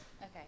Okay